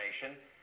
information